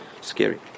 scary